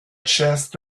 chest